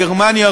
גרמניה,